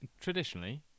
traditionally